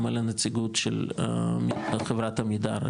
גם נציגות של חברת עמידר,